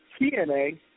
TNA